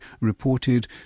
reported